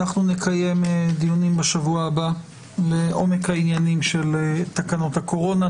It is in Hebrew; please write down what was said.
אנחנו נקיים דיונים בשבוע הבא וניכנס לעומק העניינים של תקנות הקורונה.